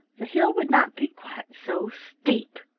the hill would not be quite so steep.